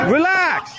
Relax